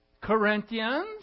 Corinthians